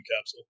capsule